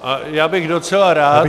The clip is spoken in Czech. A já bych docela rád